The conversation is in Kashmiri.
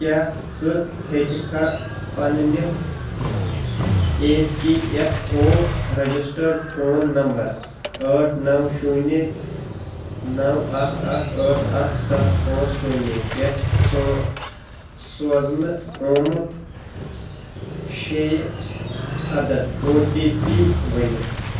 کیٛاہ ژٕ ہیٚککھا پنٛنِس A P F O registered phone number ٲٹھ نَو شوٗنہ نَو اَکھ اَکھ ٲٹھ اَکھ سَتھ پانٛژھ شوٗنہِ پٮ۪ٹھ سُہ سوزنہٕ آمُت شیٚیہِ عدد او ٹی پی ؤنِتھ